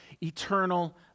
eternal